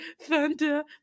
Thunder